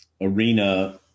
arena